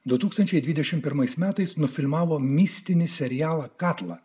du tūkstančiai dvidešim pirmais metais nufilmavo mistinis serialas kaklą